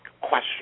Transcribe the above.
question